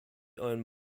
owned